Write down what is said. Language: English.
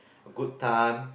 good time